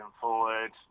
forward